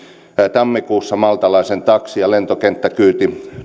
tammikuussa maltalaisen taksin ja lentokenttäkyyti